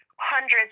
hundreds